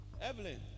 Evelyn